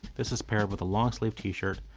this is paired with a long sleeve t-shirt,